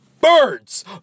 Birds